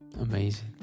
Amazing